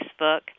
Facebook